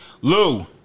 Lou